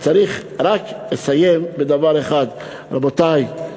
רק אסיים בדבר אחד: רבותי,